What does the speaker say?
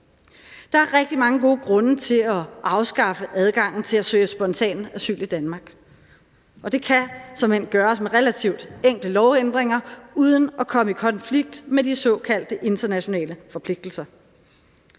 Der er rigtig mange gode grunde til at afskaffe adgangen til at søge spontan asyl i Danmark, og det kan såmænd gøres med relativt enkle lovændringer uden at komme i konflikt med de såkaldte internationale forpligtelser.